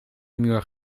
muur